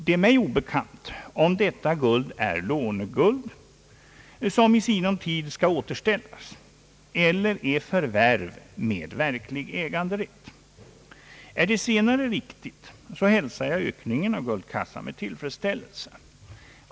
Det är mig obekant om detta guld är låneguld, som i sinom tid skall återställas eller är förvärv med verklig äganderätt. är det senare riktigt, hälsar jag ökningen av guldkassan med tillfredsställelse.